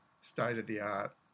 state-of-the-art